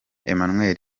emmanuel